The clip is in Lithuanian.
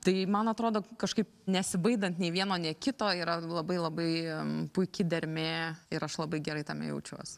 tai man atrodo kažkaip nesibaidant nei vieno nei kito yra labai labai puiki dermė ir aš labai gerai tame jaučiuos